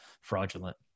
fraudulent